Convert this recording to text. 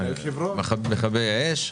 מכבי האש.